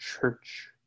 church